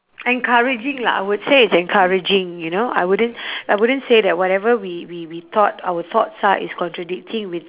encouraging lah I would say it's encouraging you know I wouldn't I wouldn't say that whatever we we we thought our thoughts are is contradicting with